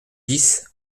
dix